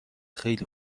خیلی